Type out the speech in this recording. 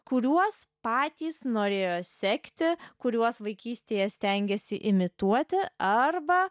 kuriuos patys norėjo sekti kuriuos vaikystėje stengėsi imituoti arba